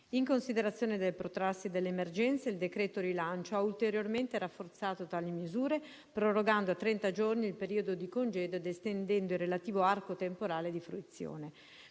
In considerazione del protrarsi dell'emergenza, il decreto rilancio ha ulteriormente rafforzato tali misure prorogando a trenta giorni il periodo di congedo ed estendendo il relativo arco temporale di fruizione.